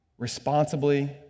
responsibly